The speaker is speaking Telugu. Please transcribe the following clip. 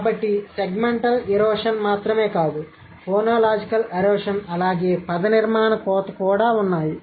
కాబట్టి సెగ్మెంట్ ఎరోషన్ మాత్రమే కాదు ఫోనోలాజికల్ ఎరోషన్ అలాగే పదనిర్మాణ కోత కూడా ఉన్నాయి